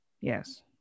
Yes